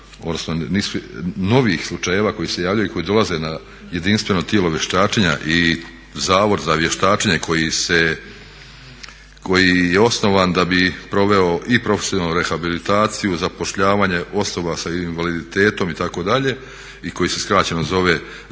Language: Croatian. odnosno novih slučajeva koji se javljaju i koji dolaze na jedinstveno tijelo vještačenja i Zavod za vještačenje koji se, koji je osnovan da bi proveo i profesionalnu rehabilitaciju, zapošljavanje osoba sa invaliditetom itd. i koji se skraćeno zove Zavod